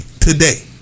today